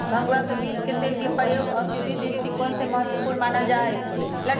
भंगवा के बीज के तेल के प्रयोग औषधीय दृष्टिकोण से महत्वपूर्ण मानल जाहई